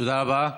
תודה רבה.